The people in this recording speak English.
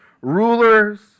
Rulers